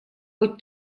быть